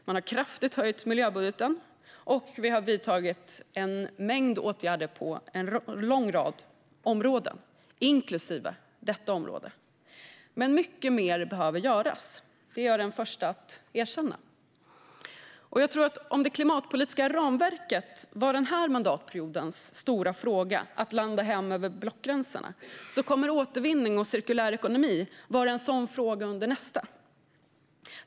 Man har höjt miljöbudgeten kraftigt och vidtagit en mängd åtgärder på en lång rad områden, inklusive detta. Men mycket mer behöver göras - det är jag den första att erkänna. Och jag tror att om det klimatpolitiska ramverket var den här mandatperiodens stora fråga att landa hem över blockgränserna kommer återvinning och cirkulär ekonomi att vara en sådan fråga under nästa.